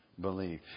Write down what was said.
Believe